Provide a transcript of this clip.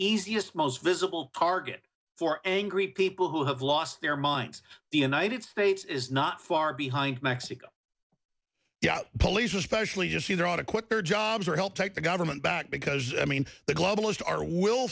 easiest most visible target for angry people who have lost their minds the united states is not far behind mexico yeah police especially just want to quit their jobs or help take the government back because i mean the globalist are will